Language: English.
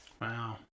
wow